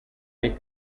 ari